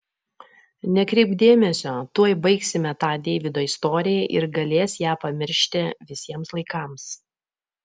nekreipk dėmesio tuoj baigsime tą deivydo istoriją ir galės ją pamiršti visiems laikams